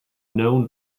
known